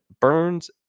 Burns